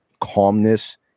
calmness